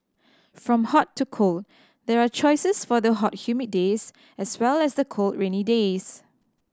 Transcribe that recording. from hot to cold there are choices for the hot humid days as well as the cold rainy days